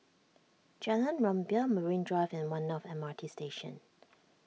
Jalan Rumbia Marine Drive and one North M R T Station